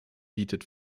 bietet